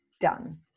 done